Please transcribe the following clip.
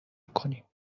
کنیم